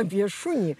apie šunį